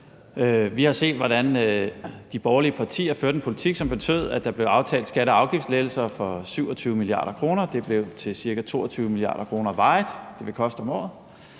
Vi har set, hvordan de borgerlige partier førte en politik, som betød, at der blev aftalt skatte- og afgiftslettelser for 27 mia. kr. – det blev varigt til ca. 22 mia. kr., det vil koste om året